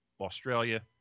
Australia